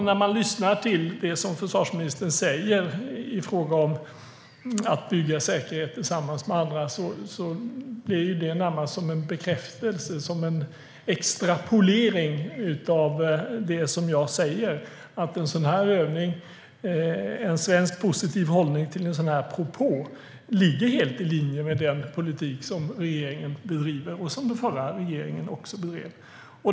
När man lyssnar på det som försvarsministern säger i fråga om att bygga säkerhet tillsammans med andra är det i det närmaste som en bekräftelse, som en extrapolering, av det som jag säger. En svensk positiv hållning till en sådan här propå ligger helt i linje med den politik som den nuvarande regeringen bedriver och som den förra regeringen också bedrev.